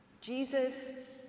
Jesus